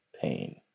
pain